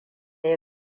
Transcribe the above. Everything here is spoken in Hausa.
ya